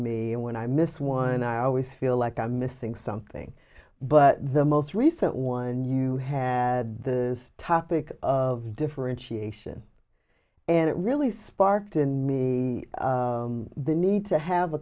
me and when i miss one i always feel like i'm missing something but the most recent one you had the topic of differentiation and it really sparked in me the need to have a